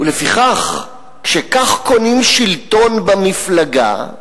ולפיכך, כשכך קונים שלטון במפלגה,